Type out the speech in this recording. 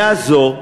עלייה זו,